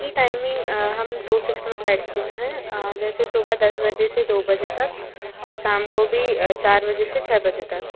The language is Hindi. जी टाइमिंग हम दो शिफ्ट में बैठती हूँ मैं जैसे सुबह दस बजे से दो बजे तक और शाम को भी चार बजे से छः बजे तक